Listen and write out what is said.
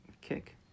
kick